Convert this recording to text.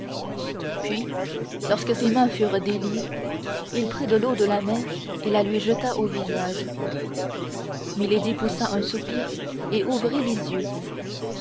puis lorsque ses mains furent déliées il prit de l'eau de la mer et la lui jeta au visage milady poussa un soupir et ouvrit les yeux